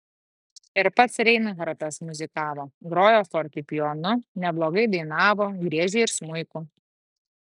ir pats reinhartas muzikavo grojo fortepijonu neblogai dainavo griežė ir smuiku